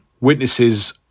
witnesses